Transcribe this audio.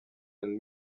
and